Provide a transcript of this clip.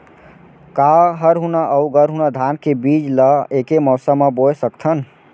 का हरहुना अऊ गरहुना धान के बीज ला ऐके मौसम मा बोए सकथन?